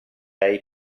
hai